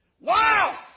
Wow